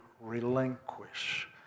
relinquish